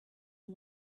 and